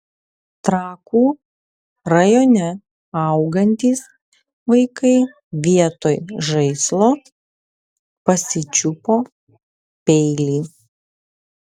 trakų rajone augantys vaikai vietoj žaislo pasičiupo peilį